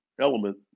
element